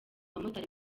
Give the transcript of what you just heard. abamotari